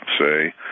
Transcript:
say